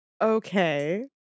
Okay